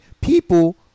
people